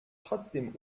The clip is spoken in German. trotzdem